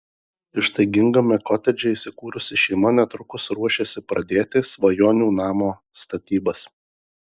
ištaigingame kotedže įsikūrusi šeima netrukus ruošiasi pradėti svajonių namo statybas